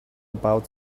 about